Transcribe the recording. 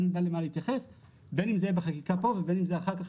אז נדע גם מה להתייחס בין אם זה בחקיקה פה ובין אם זה אחר כך,